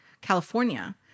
California